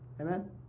amen